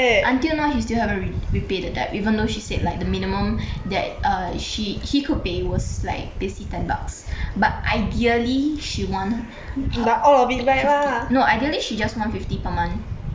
until now he still haven't re~ repay the debt even though she said like the minimum that err she he could pay was like basically ten bucks but ideally she want fifty no ideally just want fifty per month